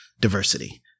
diversity